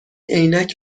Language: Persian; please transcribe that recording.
عینک